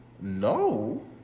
No